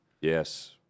Yes